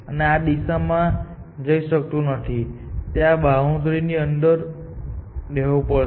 તે આ દિશામાં જઈ શકતું નથી તેણે આ બાઉન્ડ્રીની અંદર રહેવું પડશે